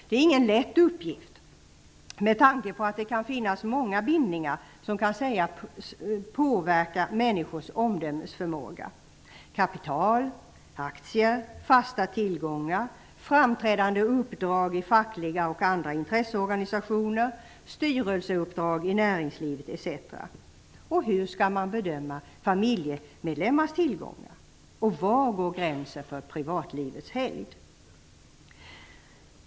Det är ingen lätt uppgift, med tanke på att det kan finnas många bindningar som kan sägas påverka människors omdömesförmåga: kapital, aktier, fasta tillgångar, framträdande uppdrag i fackliga och andra intresseorganisationer, styrelseuppdrag i näringslivet, etc. Och hur skall man bedöma familjemedlemmars tillgångar? Och var går gränsen för privatlivets helgd?